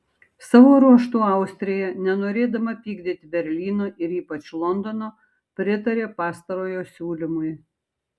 savo ruožtu austrija nenorėdama pykdyti berlyno ir ypač londono pritarė pastarojo siūlymui